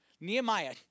Nehemiah